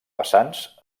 vessants